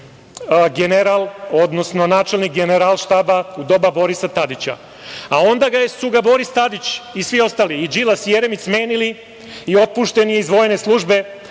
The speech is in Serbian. general, odnosno načelnik Generalštaba u doba Borisa Tadića. Onda su ga Boris Tadić i svi ostali, i Đilas i Jermić smenili i otpušten je iz vojne službe